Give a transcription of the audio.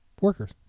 workers